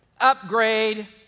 Upgrade